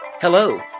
Hello